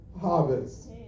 harvest